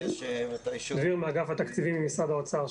שלום, כאן דביר מאגף התקציבים ממשרד האוצר.